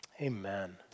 amen